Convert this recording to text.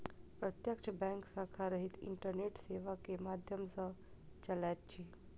प्रत्यक्ष बैंक शाखा रहित इंटरनेट सेवा के माध्यम सॅ चलैत अछि